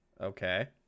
Okay